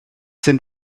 sind